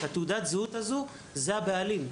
מספר תעודת הזהות הזה שייך לבעלי העגל.